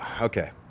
Okay